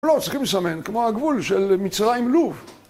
לא, צריכים לסמן, כמו הגבול של מצרים-לוב